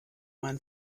mein